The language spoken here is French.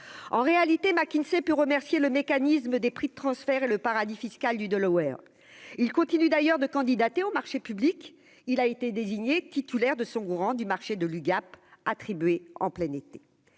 en réalité, McKinsey peut remercier le mécanisme des prix de transfert et le paradis fiscal du de l'ovaire, il continue d'ailleurs de candidater au marché public, il a été désigné titulaire de son courant du marché de l'UGAP attribué en plein été,